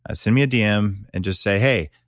ah send me a dm and just say, hey,